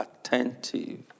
attentive